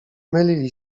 mylili